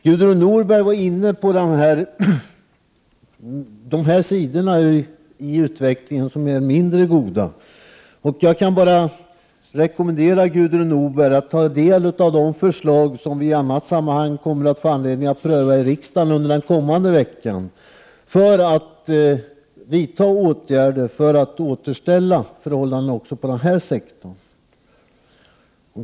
Gudrun Norberg var inne på de här sidorna av utvecklingen, som är mindre goda. Jag rekommenderar Gudrun Norberg att ta del av de förslag som vi i annat sammanhang kommer att få anledning att pröva i riksdagen under den kommande veckan, förslag om åtgärder för att återställa förhållandena också på den sektorn.